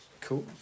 Cool